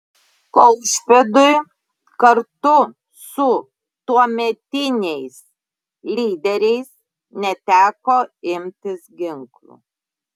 kaušpėdui kartu su tuometiniais lyderiais neteko imtis ginklų